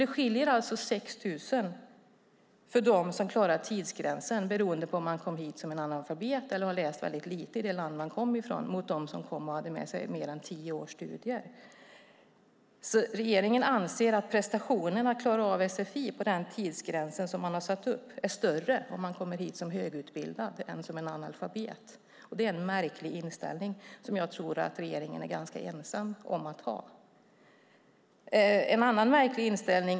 Det skiljer alltså 6 000 kronor för dem som klarar tidsgränsen beroende på om man kom hit som analfabet eller hade läst mycket lite i det land man kom från jämfört med dem som kom hit och hade med sig mer än tio års studier. Regeringen anser alltså att prestationen att klara av sfi inom de tidsgränser man satt upp är större om man kommer hit som högutbildad än som analfabet. Det är en märklig inställning som jag tror att regeringen är ganska ensam om att ha.